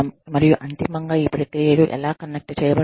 మరియు అంతిమంగా ఈ ప్రక్రియలు ఎలా కనెక్ట్ చేయబడతాయి